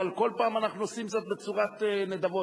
אבל כל פעם אנחנו עושים זאת בצורת נדבות.